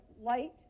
light